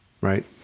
right